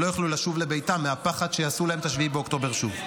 לא יוכלו לשוב לביתם מהפחד שיעשו להם את 7 באוקטובר שוב.